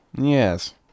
Yes